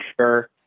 sure